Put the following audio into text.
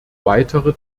weitere